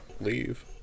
leave